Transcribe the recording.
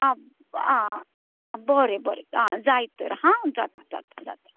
हां बरें बरें जाय तर जाता जाता